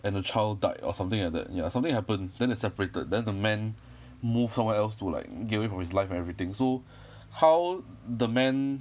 and the child died or something like that ya something happened then they separated then the man moved somewhere else to like get away from his life and everything so how the man